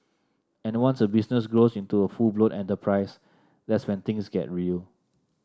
and once a business grows into a full blown enterprise that's when things get real